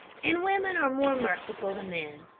and women are more merciful than men.